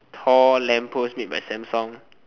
tall lamp post made by Samsung